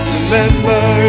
Remember